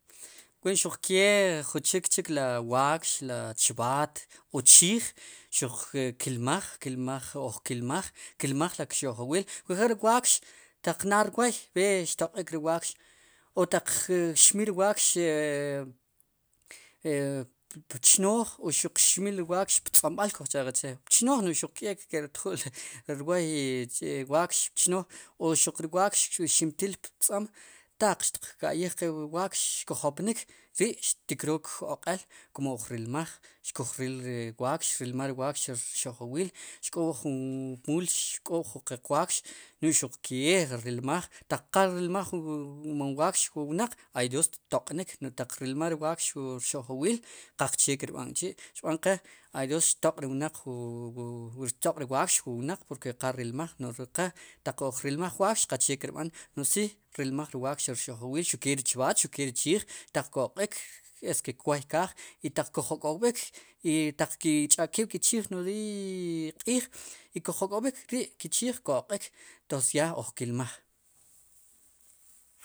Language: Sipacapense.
Wen xuqke jun chik chik rl waakx, la chivaat o chiij xuq kilmaj, kilmaj ojkilmaj, kilmaj rik xo'jwiil por ejemplo ri waakx ataq nad rwoy veer xtoq'ik ri waakx o taq xmil ri waakx re pchnooj xuq xmil ri waakx prz'omb'al kujcha'qe pchnooj no'j xuq keek ki' rtjul rwooy chi'waakx pchnooj o xuq ri waakx ximtil ptz'om taq xtiq ka'yij qe wu waakx xkuj jopnik ri' xttikrook oq'el no'j oj rilmaj xkuj ril re waakx rilmaj ri waakx ri rxo'jwil k'o jun muul xk'oob'jun qeq waakx n'j xuqkee rilmaj qal rilmaj momwaakx wu wnaq hay dios xtoq'nik taq rilmaj ri waakx wu rxo'jwiil qaqchee kirb'an k'chi' xiqb'anqe hay dios xtoq' ri wnaq, xtoq'ri waakx ri wnaq porque qal rilmaj no'j ri qe ataq ojrilmaj ri waakx qache chekirb'an no'j si rilmaj ri waakx rxo'jwil xuqke ri chivaat ri chiij ataq ko'q'iik eske kwoy kaaj ataq kujok'k'owb'ik i taq ki' ch'akik ke chiij nodiiy q'iij ataq kujok'owik ri' ke chiij ko'q'iik entonces ya ojkilmaj.